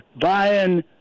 buying